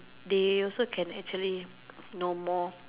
they also can actually know more